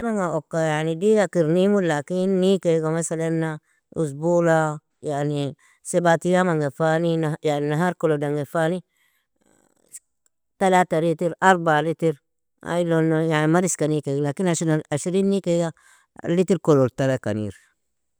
Okka yani diyakir nimu, lakin nikeaga mesalina uzbula yani sebat iyamanga fani, yani nahar kolodanga fani, تلاتة ليتر اربعة ليتر aylono yan mariska nikeage, lakin ashrin_ashrig nikeaga litir kolodtalka niru.